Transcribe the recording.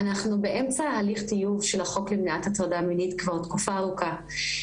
אנחנו באמצע הליך טיוב של החוק למניעת הטרדה מינית כבר תקופה ארוכה.